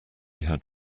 had